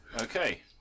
Okay